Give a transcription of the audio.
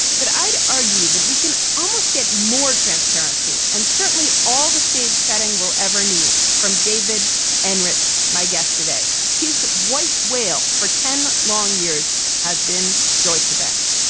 but i'd argue that we can almost get more transparency and certainly all the stage setting we'll ever need from david enrich, my guest today. his white whale for ten long years has been deutschebank.